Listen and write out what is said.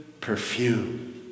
perfume